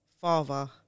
father